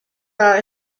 are